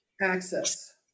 access